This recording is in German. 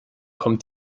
kommt